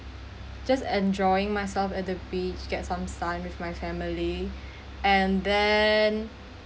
just enjoying myself at the beach get some sun with my family and then